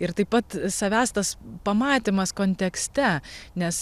ir taip pat savęs tas pamatymas kontekste nes